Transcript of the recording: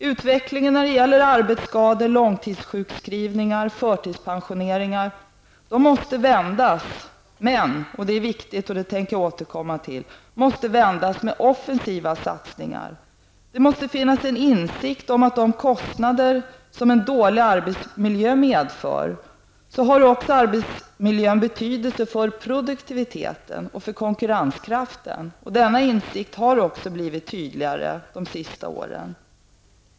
Utvecklingen när det gäller arbetsskador, långtidssjukskrivningar och förtidspensioneringar måste vändas -- det är viktigt och det skall jag återkomma till -- med offensiva satsningar. Genom insikten om de kostnader som en dålig arbetsmiljö medför, har arbetsmiljöns betydelse också för produktivitet och konkurrenskraft blivit tydligare under de senaste åren.